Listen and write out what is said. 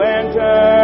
enter